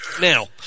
Now